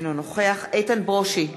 אינו נוכח איתן ברושי,